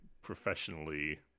professionally